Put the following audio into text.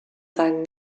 seinen